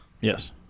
Yes